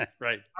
Right